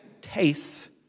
tastes